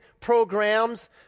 programs